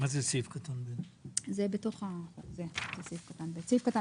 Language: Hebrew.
במקום "לפי סעיפים קטנים (א) ו-(ב)" יבוא "לפי סעיף קטן (א)".